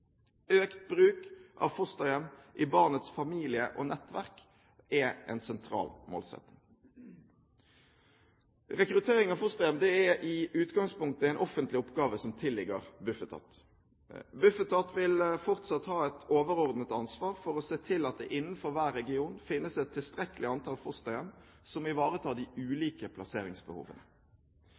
Økt bruk av fosterhjem i barnets familie og nettverk er en sentral målsetting. Rekruttering av fosterhjem er i utgangspunktet en offentlig oppgave som tilligger Bufetat. Bufetat vil fortsatt ha et overordnet ansvar for å se til at det innenfor hver region finnes et tilstrekkelig antall fosterhjem som ivaretar de ulike plasseringsbehovene.